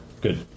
good